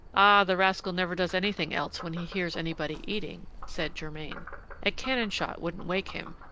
ah! the rascal never does anything else when he hears anybody eating! said germain a cannon-shot wouldn't wake him,